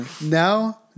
Now